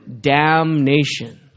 damnation